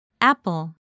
Apple